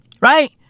Right